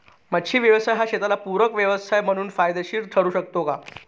मच्छी व्यवसाय हा शेताला पूरक व्यवसाय म्हणून फायदेशीर ठरु शकतो का?